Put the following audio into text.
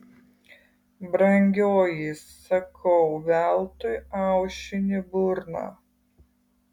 brangioji sakau veltui aušini burną